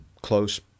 close